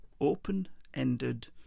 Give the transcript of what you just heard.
open-ended